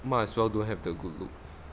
might as well don't have the good look